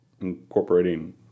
incorporating